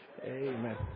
Amen